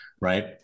Right